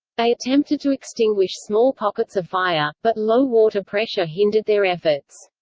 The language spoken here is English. they attempted to extinguish small pockets of fire, but low water pressure hindered their efforts.